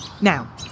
Now